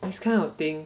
this kind of thing